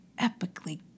epically